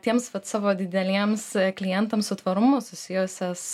tiems savo dideliems klientams su tvarumu susijusias